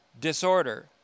disorder